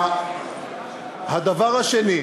הדבר השני: